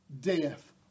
death